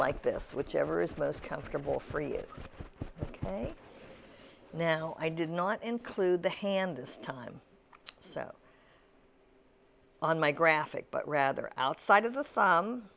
like this whichever is most comfortable for you now i did not include the hand this time so on my graphic but rather outside of the